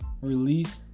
Release